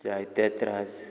जायते त्रास